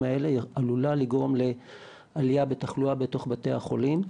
האלה עלולה לגרום לעלייה בתחלואה בתוך בתי החולים,